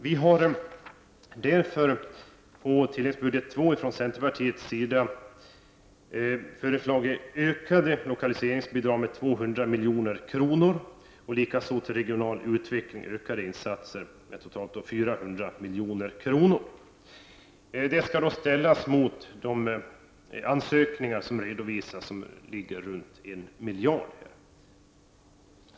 Vi har därför från centerpartiet på tilläggsbudget II föreslagit ökade lokaliseringsbidrag med 200 milj.kr. och till regional utveckling ökade insatser med totalt 400 milj.kr. Det skall då ställas mot de ansökningar som har redovisats och som ligger runt 1 miljard.